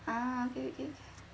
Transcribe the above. ah okay okay